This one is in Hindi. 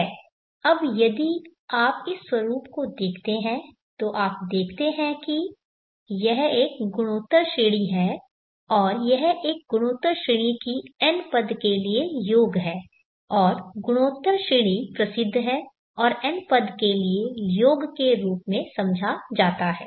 अब यदि आप इस स्वरुप को देखते हैं तो आप देखते हैं कि यह एक गुणोत्तर श्रेढ़ी है और यह एक गुणोत्तर श्रेढ़ी की n पद के लिए योग है और गुणोत्तर श्रेढ़ी प्रसिद्ध है और n पद के लिए योग के रूप में समझा जाता है